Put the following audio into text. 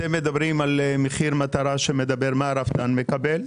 אתם מדברים על מחיר מטרה שמדבר על מה שהרפתן מקבל.